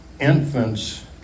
infants